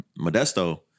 Modesto